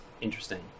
interesting